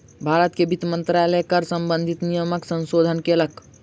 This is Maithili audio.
भारत के वित्त मंत्रालय कर सम्बंधित नियमक संशोधन केलक